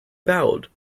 bowed